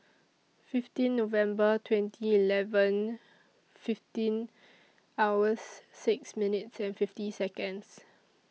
fifteen November twenty eleven fifteen hours six minutes and fifty Seconds